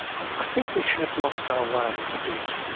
i think we have lost our way a bit.